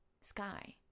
sky